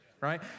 right